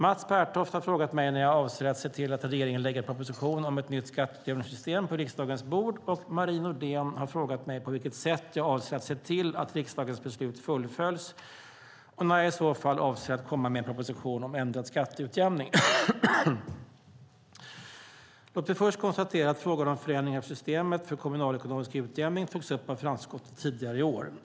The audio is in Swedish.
Mats Pertoft har frågat mig när jag avser att se till att regeringen lägger fram en proposition om ett nytt skatteutjämningssystem på riksdagens bord. Marie Nordén har frågat mig på vilket sätt jag avser att se till att riksdagens beslut fullföljs och när jag i så fall avser att komma med en proposition om ändrad skatteutjämning. Låt mig först konstatera att frågan om förändringar av systemet för kommunalekonomisk utjämning togs upp av finansutskottet tidigare i år.